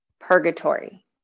purgatory